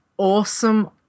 awesome